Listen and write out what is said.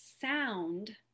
sound